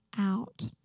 out